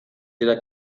dira